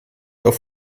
auf